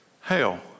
Hell